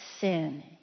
sin